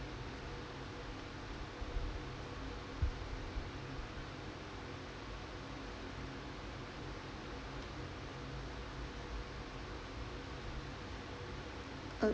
uh